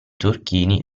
turchini